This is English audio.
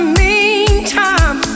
meantime